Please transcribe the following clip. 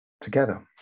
together